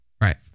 Right